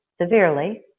severely